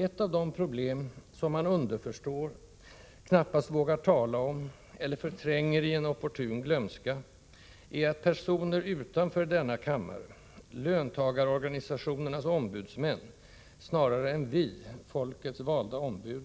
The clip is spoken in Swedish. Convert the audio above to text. Ett av problemen, som man underförstår, knappast vågar tala om, eller förtränger i en opportun glömska, är att personer utanför denna kammare — ”löntagarorganisationernas” ombudsmän — snarare än vi, folkets valda ombud,